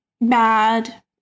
bad